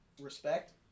respect